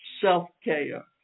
self-care